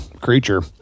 creature